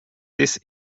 this